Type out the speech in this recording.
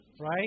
Right